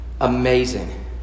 amazing